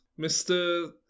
Mr